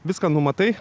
viską numatai